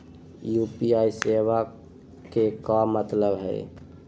UPI सेवा के का मतलब है?